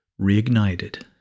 reignited